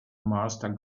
master